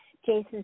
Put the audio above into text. Jason